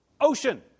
ocean